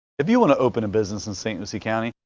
if you want to open a business in st. lucie county,